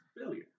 failure